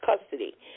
custody